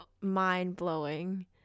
mind-blowing